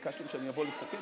קוראים לה "הרשימה המשותפת".